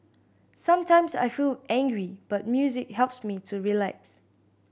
sometimes I feel angry but music helps me to relax